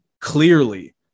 clearly